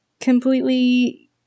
completely